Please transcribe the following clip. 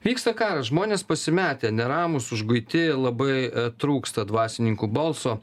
vyksta karas žmonės pasimetę neramūs užguiti labai trūksta dvasininkų balso